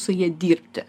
su ja dirbti